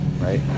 right